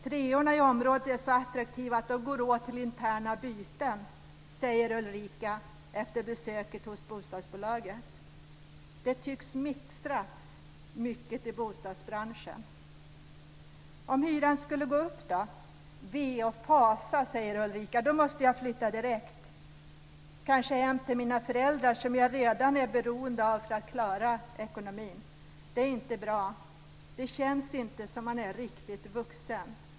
Treorna i området är så attraktiva att de går åt till interna byten", säger Ulrika efter besöket hos bostadsbolaget. Det tycks mixtras mycket i bostadsbranschen. Om hyran skulle gå upp? "Ve och fasa", säger Ulrika. "Då måste jag flytta direkt; kanske hem till mina föräldrar som jag redan är beroende av för att klara ekonomin. Det är inte bra. Det känns inte som om man är riktigt vuxen."